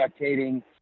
spectating